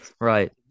Right